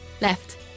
left